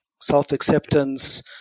self-acceptance